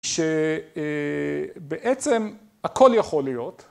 שבעצם הכל יכול להיות.